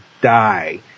die